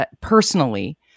personally